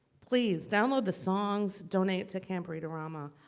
please download the songs donate to camp read-a-rama.